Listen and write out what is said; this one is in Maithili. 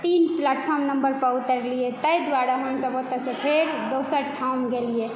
तीन प्लेटफॉर्म नम्बर पर उतरलियै ताहि दुआरे हमसभ ओतयसँ फेर दोसर ठाम गेलियै